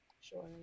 Sure